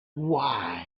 why